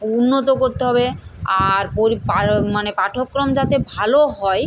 উন্নত করতে হবে আর মানে পাঠক্রম যাতে ভালো হয়